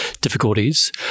difficulties